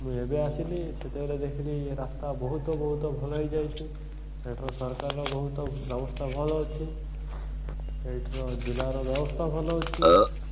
ମୁଁ ଏବେ ଆସିଲି ସେତେବେଳେ ଦେଖିଲି ରାସ୍ତା ବହୁତ ବହୁତ ଭଲ ହେଇଯାଇଛିି ଏଠାର ସରକାରର ବହୁତ ବ୍ୟବସ୍ଥା ଭଲ ଅଛି ଏଠାର ଜିଲ୍ଲାର ବ୍ୟବସ୍ଥା ଭଲ ଅଛି